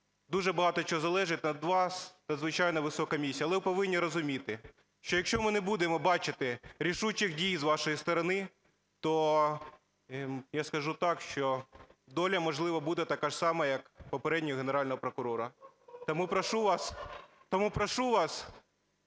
дуже багато чого залежить. У вас надзвичайно висока місія. Але ви повинні розуміти, що якщо ми не будемо бачити рішучих дій з вашої сторони, то, я скажу так, що доля, можливо, буде така ж сама як попереднього Генерального прокурора. Тому прошу вас